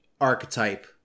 archetype